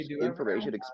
information